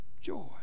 joy